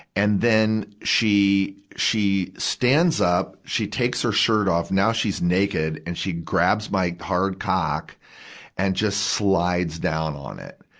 and then, she, she stands up, she takes her shirt off. now she's naked, and she grabs my hard cock and just slides down on it.